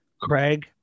Craig